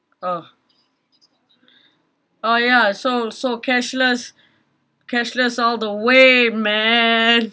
oh oh ya so so cashless cashless all the way man